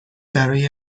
برای